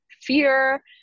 fear